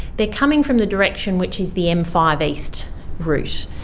they're coming from the direction which is the m five east route.